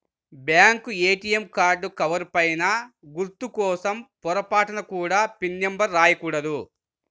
bank ATM card cover పైన గుర్తు కోసం పొరపాటున కూడా పిన్ నెంబర్ రాయకూడదు